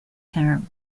term